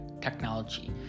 technology